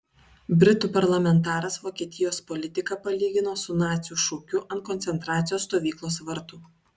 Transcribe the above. britų parlamentaras vokietijos politiką palygino su nacių šūkiu ant koncentracijos stovyklos vartų